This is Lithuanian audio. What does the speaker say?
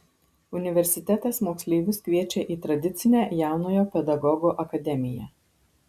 universitetas moksleivius kviečia į tradicinę jaunojo pedagogo akademiją